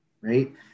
right